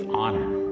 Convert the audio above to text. honor